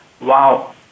Wow